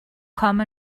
come